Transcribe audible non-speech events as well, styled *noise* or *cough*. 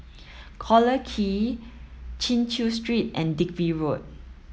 Collyer *unintelligible* Chin Chew Street and Digby Road